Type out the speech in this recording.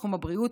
בתחום הבריאות,